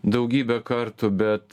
daugybę kartų bet